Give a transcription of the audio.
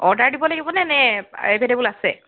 order দিব লাগিব নে এভেইলেবুল আছে